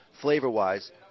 flavor-wise